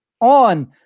on